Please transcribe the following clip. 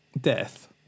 death